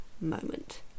moment